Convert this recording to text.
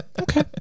okay